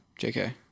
JK